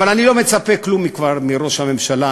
אבל אני לא כבר מצפה לכלום מראש הממשלה,